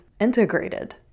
integrated